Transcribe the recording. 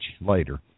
later